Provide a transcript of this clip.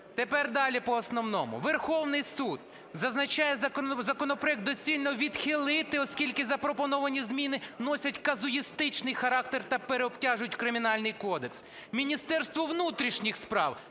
Тепер далі по основному. Верховний Суд зазначає: законопроект доцільно відхилити, оскільки запропоновані зміни носять казуїстичний характер та переобтяжують Кримінальний кодекс. Міністерство внутрішніх справ